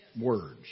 words